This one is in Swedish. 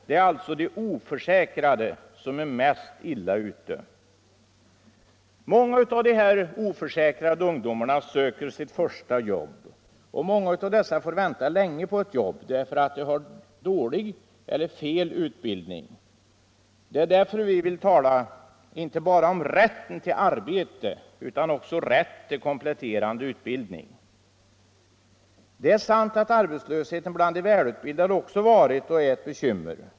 Det är alltså de oförsäkrade som är mest illa ute. Många av dessa oförsäkrade ungdomar söker sitt första jobb. Många av dem får vänta länge på ett jobb därför att de har dålig eller felaktig utbildning. Det är därför vi vill tala inte bara om rätten till arbete utan också om rätt till kompletterande utbildning. Det är sant att arbetslösheten bland de välutbildade också varit och är ett bekymmer.